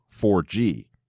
4G